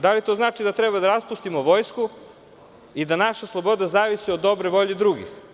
Da li to znači da treba da raspustimo vojsku i da naša sloboda zavisi od dobre volje drugih?